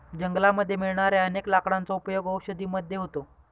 जंगलामध्ये मिळणाऱ्या अनेक लाकडांचा उपयोग औषधी मध्ये होतो